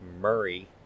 Murray